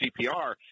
CPR